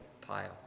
pile